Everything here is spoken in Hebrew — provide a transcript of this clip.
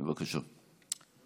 בבקשה.